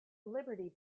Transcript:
liberty